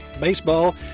baseball